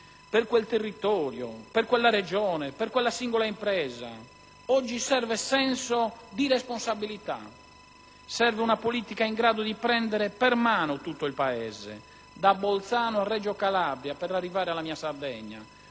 per quel territorio, per quella Regione, per quella singola impresa. Oggi serve senso di responsabilità, serve una politica in grado di prendere per mano tutto il Paese, da Bolzano a Reggio Calabria per arrivare alla mia Sardegna.